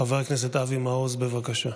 חבר הכנסת אבי מעוז, בבקשה.